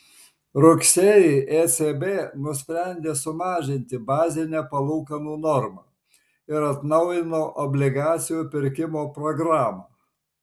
rugsėjį ecb nusprendė sumažinti bazinę palūkanų normą ir atnaujino obligacijų pirkimo programą